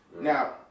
Now